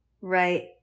Right